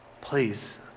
Please